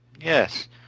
Yes